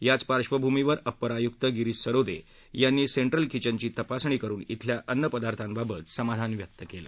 याच पाबभूमीवर अप्पर आयुक्त गिरीश सरोदे यांनी सेंट्रल किचनची तपासणी करुन इथल्या अन्न पदार्थांबाबत समाधान व्यक्त केलं